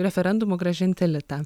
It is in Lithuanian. referendumu grąžinti litą